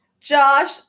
Josh